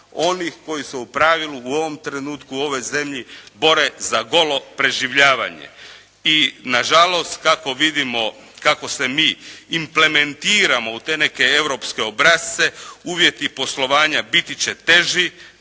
onih koji su u pravilu u ovom trenutku, u ovoj zemlji bore za golo preživljavanje. I nažalost, kako vidimo kako se mi implementiramo u te neke europske obrasce, uvjeti poslovanja biti će teži,